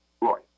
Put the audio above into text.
Roy